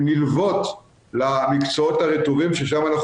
שנלוות למקצועות הרטובים ששם אנחנו